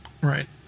right